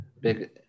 big